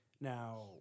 Now